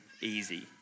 easy